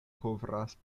kovras